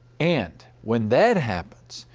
and when that happens,